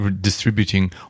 distributing